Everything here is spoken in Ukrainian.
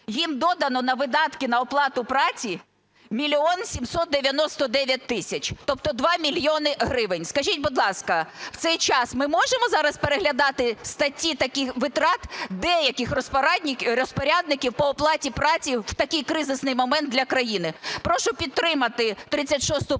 Їм додано на видатки на оплату праці 1 мільйон 799 тисяч, тобто 2 мільйони гривень. Скажіть, будь ласка, в цей час ми можемо зараз переглядати статті такі витрат деяких розпорядників по оплаті праці в такий кризисний момент для країни? Прошу підтримати 36 поправку